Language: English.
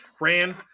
ran